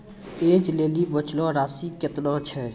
ऐज लेली बचलो राशि केतना छै?